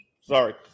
sorry